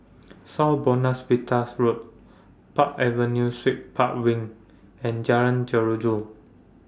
South Buona Vista Road Park Avenue Suites Park Wing and Jalan Jeruju